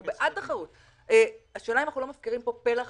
אנחנו בעד תחרות השאלה אם אנחנו לא מפקירים פה פלח